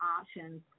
options